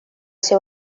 ser